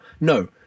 no